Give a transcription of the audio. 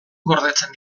gordetzen